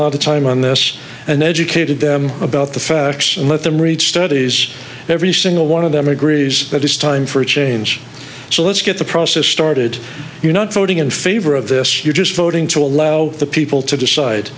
of time on this and educated them about the facts and let them read studies every single one of them agrees that it's time for a change so let's get the process started you're not voting in favor of this you're just voting to allow the people to decide